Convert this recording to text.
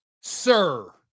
Sir